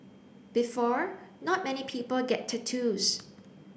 before not many people get tattoos